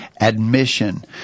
admission